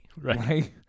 Right